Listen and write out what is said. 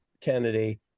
Kennedy